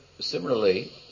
similarly